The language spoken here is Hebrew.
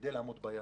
כדי לעמוד ביעד.